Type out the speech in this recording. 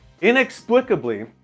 Inexplicably